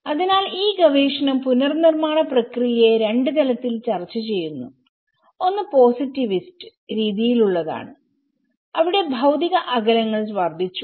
അതിനാൽ ഈ ഗവേഷണം പുനർനിർമ്മാണ പ്രക്രിയയെ രണ്ട് തരത്തിൽ ചർച്ചചെയ്തു ഒന്ന് പോസിറ്റിവിസ്റ്റ് രീതിയിലുള്ളതാണ് അവിടെ ഭൌതിക അകലങ്ങൾ വർദ്ധിച്ചു